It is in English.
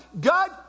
God